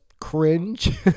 cringe